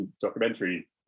documentary